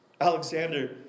Alexander